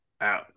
out